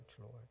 Lord